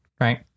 right